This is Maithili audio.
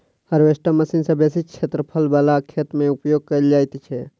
हार्वेस्टर मशीन सॅ बेसी क्षेत्रफल बला खेत मे उपयोग कयल जाइत छै